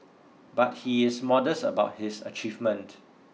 but he is modest about his achievement